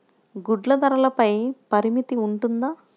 గుడ్లు ధరల పై పరిమితి ఉంటుందా?